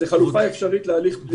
זו חלופה אפשרית להליך פלילי.